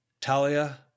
Talia